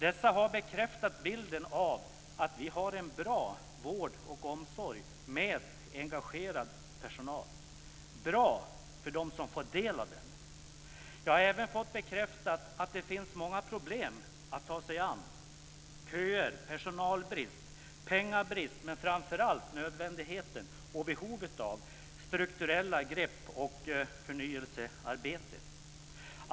Dessa har bekräftat bilden av att vi har en bra vård och omsorg med engagerad personal. Den är bra för dem som får del av den. Jag har även fått bekräftat att det finns många problem att ta sig an, t.ex. köer, personalbrist, pengabrist och framför allt nödvändigheten och behovet av strukturella grepp och förnyelsearbete.